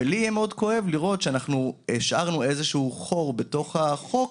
ולי יהיה מאוד כואב לראות שאנחנו השארנו איזשהו חור בתוך החוק,